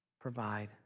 provide